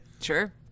Sure